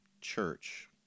church